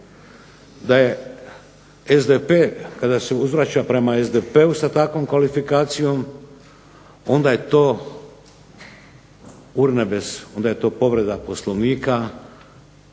da je SDP kada se uzvraća prema SDP-u sa takvom kvalifikacijom, onda je to urnebes, onda je to povreda Poslovnika,